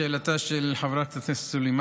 לשאלתה של חברת הכנסת סלימאן,